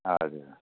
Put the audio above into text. हजुर